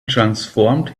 transformed